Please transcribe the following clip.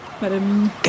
Madam